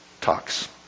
talks